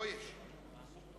אנחנו רוצים